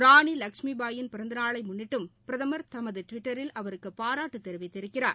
லஷ்மிபாயின் பிறந்தநாளைமுன்னிட்டும் ராணி பிரதமர் தமகுடுவிட்டரில் அவருக்குபாராட்டுதெரிவித்திருக்கிறார்